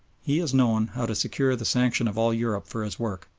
he has known how to secure the sanction of all europe for his work.